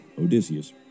Odysseus